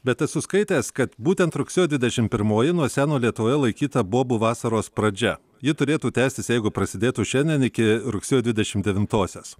bet esu skaitęs kad būtent rugsėjo dvidešim pirmoji nuo seno lietuvoje laikyta bobų vasaros pradžia ji turėtų tęstis jeigu prasidėtų šiandien iki rugsėjo dvidešimt devintosios